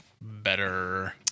Better